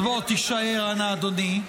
אז בוא תישאר, אדוני.